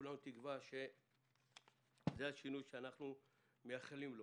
כולנו תקווה שזה השינוי שאנחנו מייחלים לו.